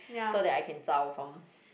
so that I can zao from